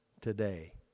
today